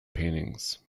paintings